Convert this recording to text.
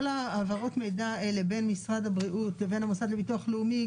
כל העברות המידע הללו בין משרד הבריאות לבין המוסד לביטוח הלאומי,